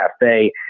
Cafe